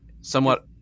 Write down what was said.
somewhat